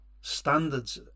standards